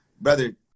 brother